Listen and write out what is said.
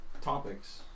topics